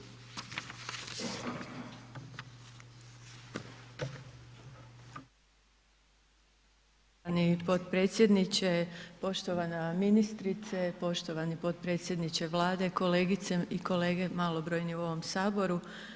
Poštovani potpredsjedniče, poštovana ministrice, poštovani potpredsjedniče Vlade, kolegice i kolege malobrojni u ovom Saboru.